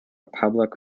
public